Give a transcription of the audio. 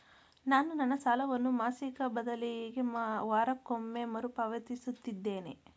ನಾನು ನನ್ನ ಸಾಲವನ್ನು ಮಾಸಿಕ ಬದಲಿಗೆ ವಾರಕ್ಕೊಮ್ಮೆ ಮರುಪಾವತಿಸುತ್ತಿದ್ದೇನೆ